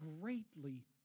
greatly